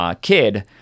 kid